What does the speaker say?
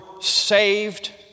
saved